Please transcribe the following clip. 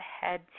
head